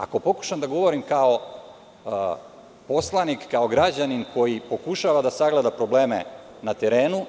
Ako pokušam da govorim kao poslanik, kao građanin koji pokušava da sagleda probleme na terenu,